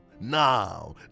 now